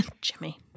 Jimmy